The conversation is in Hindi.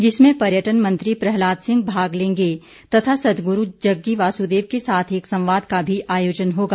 जिसमें पर्यटन मंत्री प्रहलाद सिंह भाग लेंगीं तथा सदगुरू जगी वासुदेव के साथ एक संवाद का भी आयोजन होगा